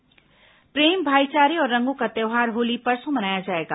होली प्रेम भाईचारे और रंगों का त्यौहार होली परसों मनाया जाएगा